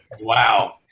Wow